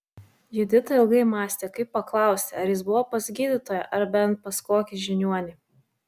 judita ilgai mąstė kaip paklausti ar jis buvo pas gydytoją ar bent pas kokį žiniuonį